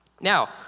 Now